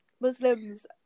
Muslims